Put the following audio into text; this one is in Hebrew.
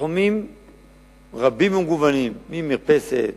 בתחומים רבים ומגוונים, ממרפסת,